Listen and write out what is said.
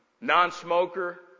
Non-smoker